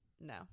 no